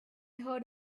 heard